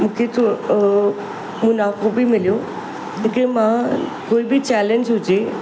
मूंखे थो मुनाफ़ो बि मिलियो मूंखे मां कोई बि चैलेंज हुजे